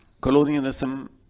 colonialism